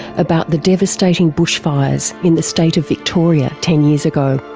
about the devastating bushfires in the state of victoria ten years ago.